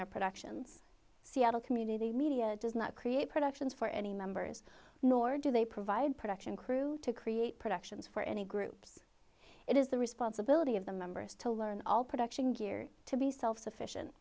their productions seattle community media does not create productions for any members nor do they provide production crew to create productions for any groups it is the responsibility of the members to learn all production gear to be self sufficient